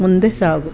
ಮುಂದೆ ಸಾಗು